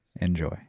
enjoy